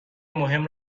مهم